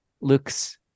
looks